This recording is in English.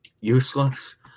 useless